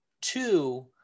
Two